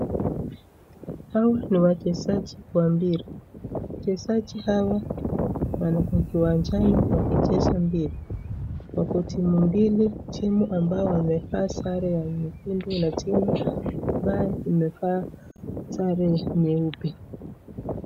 Hawa ni wachezaji wa mpira. Wachezaji hawa wako kiwanjani wakicheza mpira. Wako timu mbili. Timu ambayo wamevaa sare ya nyekundu na timu ambaye imevaa sare nyeupe.